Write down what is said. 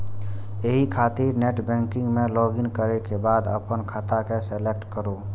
एहि खातिर नेटबैंकिग मे लॉगइन करै के बाद अपन खाता के सेलेक्ट करू